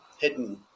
hidden